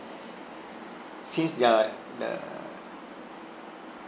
since the the